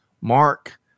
Mark